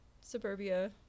suburbia